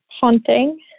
haunting